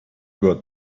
got